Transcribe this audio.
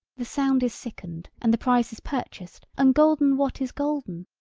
the sound is sickened and the price is purchased and golden what is golden,